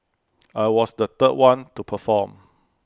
I was the third one to perform